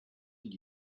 did